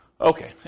Okay